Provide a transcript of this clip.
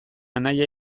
anaia